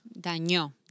dañó